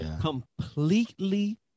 Completely